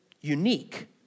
unique